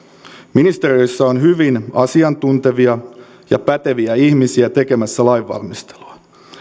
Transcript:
ministeriöissä on hyvin asiantuntevia ja päteviä ihmisiä tekemässä lainvalmistelua